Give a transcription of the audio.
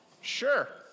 sure